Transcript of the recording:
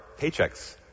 paychecks